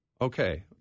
okay